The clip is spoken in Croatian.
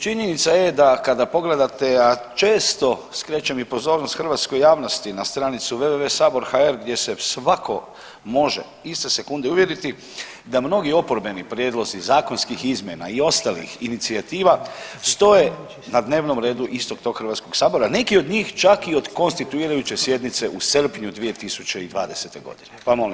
Činjenica je da kada pogledate, a često skrećem i pozornosti hrvatskoj javnosti na stranicu www/sabor.hr gdje se svako može iste sekunde uvjeriti da mnogi oporbeni prijedlozi zakonskih izmjena i ostalih inicijativa stoje na dnevnom redu istog tog Hrvatskog sabora neki od njih čak i od konstituirajuće sjednice u srpnju 2020. godine, pa molim vaš komentar.